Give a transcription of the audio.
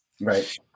Right